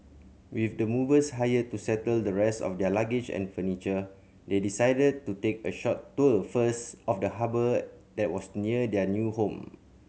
with the movers hired to settle the rest of their luggage and furniture they decided to take a short tour first of the harbour that was near their new home